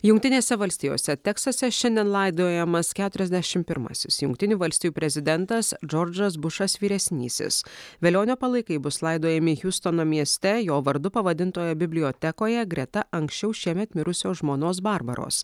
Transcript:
jungtinėse valstijose teksase šiandien laidojamas keturiasdešimt pirmasis jungtinių valstijų prezidentas džordžas bušas vyresnysis velionio palaikai bus laidojami hiustono mieste jo vardu pavadintoje bibliotekoje greta anksčiau šiemet mirusios žmonos barbaros